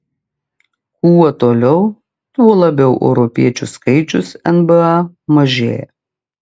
kuo toliau tuo labiau europiečių skaičius nba mažėja